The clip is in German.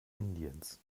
indiens